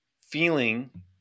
feeling